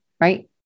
right